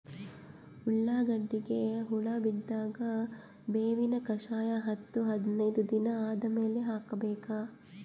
ಉಳ್ಳಾಗಡ್ಡಿಗೆ ಹುಳ ಬಿದ್ದಾಗ ಬೇವಿನ ಕಷಾಯ ಹತ್ತು ಹದಿನೈದ ದಿನ ಆದಮೇಲೆ ಹಾಕಬೇಕ?